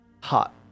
hot